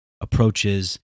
approaches